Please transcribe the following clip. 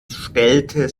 stellte